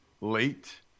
late